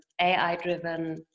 AI-driven